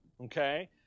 okay